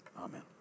amen